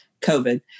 COVID